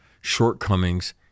shortcomings